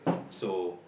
so